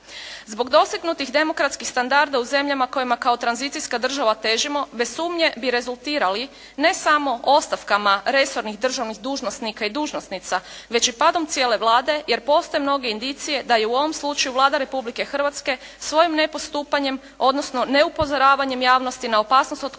Zbog dostignutih demokratskih standarda u zemljama kojima kao tranzicijska država težimo bez sumnje bi rezultirali ne samo ostavkama resornih državnih dužnosnika i dužnosnica, već i padom cijele Vlade jer postoje mnoge indicije da je u ovom slučaju Vlada Republike Hrvatske svojim nepostupanjem, odnosno neupozoravanjem javnosti na opasnost od